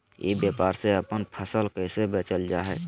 ई व्यापार से अपन फसल कैसे बेचल जा हाय?